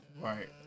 Right